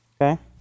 okay